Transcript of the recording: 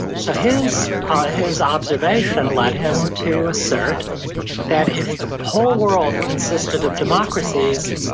so his his observation led him to assert that if the whole world consisted of democracies,